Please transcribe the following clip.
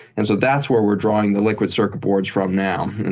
and so that's where we're drawing the liquid c ircuit boards from now.